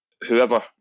whoever